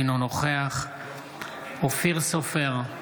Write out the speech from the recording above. אינו נוכח אופיר סופר,